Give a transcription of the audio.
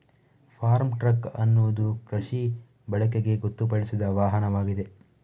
form truck ಎನ್ನುವುದು ಕೃಷಿ ಬಳಕೆಗಾಗಿ ಗೊತ್ತುಪಡಿಸಿದ ವಾಹನವಾಗಿದೆ